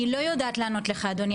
אני לא יודעת לענות לך אדוני,